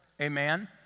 amen